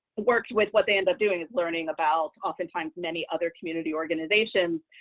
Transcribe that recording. worked with, what they end up doing is learning about, oftentimes, many other community organizations,